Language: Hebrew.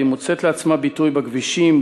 והיא מוצאת לעצמה ביטוי בכבישים,